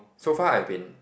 so far I have been